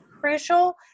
crucial